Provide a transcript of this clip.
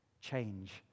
change